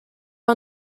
are